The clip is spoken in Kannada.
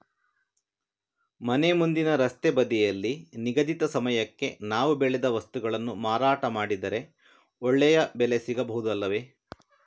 ಮನೆ ಮುಂದಿನ ರಸ್ತೆ ಬದಿಯಲ್ಲಿ ನಿಗದಿತ ಸಮಯಕ್ಕೆ ನಾವು ಬೆಳೆದ ವಸ್ತುಗಳನ್ನು ಮಾರಾಟ ಮಾಡಿದರೆ ಒಳ್ಳೆಯ ಬೆಲೆ ಸಿಗಬಹುದು ಅಲ್ಲವೇ?